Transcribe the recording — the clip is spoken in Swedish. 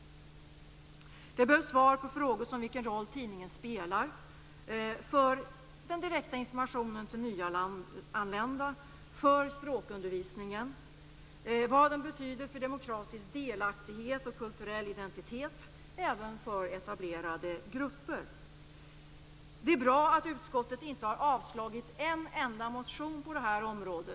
Det behövs svar på frågor som vilken roll tidningen spelar för den direkta informationen till nyanlända, för språkundervisningen och vad den betyder för demokratisk delaktighet och kulturell identitet även för etablerade grupper. Det är bra att utskottet inte har avstyrkt en enda motion på detta område.